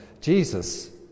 Jesus